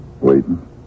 Waiting